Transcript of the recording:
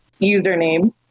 username